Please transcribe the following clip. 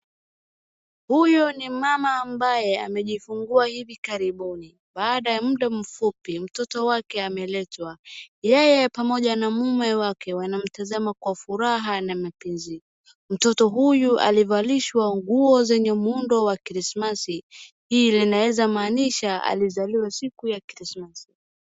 Huyo ni mama ambaye amejifungua hivi karibuni baada ya muda mfupi mtoto wake ameletwa. Yeye pamoja na mume wake wanamtazama kwa furaha na mapenzi. Mtoto huyu alivalishwa nguo zenye muundo wa krismasi, ili linaweza maanisha alizaliwa siku ya krismasi.